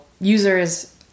users